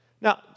Now